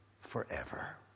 forever